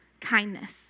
kindness